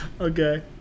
Okay